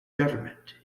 government